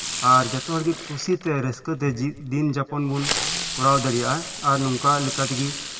ᱟᱨ ᱡᱷᱚᱛᱚ ᱦᱚᱲᱜᱮ ᱠᱩᱥᱤᱛᱮ ᱨᱟᱹᱥᱠᱟᱹᱛᱮ ᱫᱤᱱ ᱡᱟᱯᱚᱱ ᱵᱚᱱ ᱠᱚᱨᱟᱣ ᱫᱟᱲᱮᱭᱟᱜᱼᱟ ᱟᱨ ᱱᱚᱝᱠᱟ ᱞᱮᱠᱟ ᱛᱮᱜᱮ